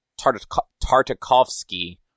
Tartakovsky